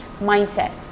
mindset